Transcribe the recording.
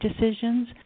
decisions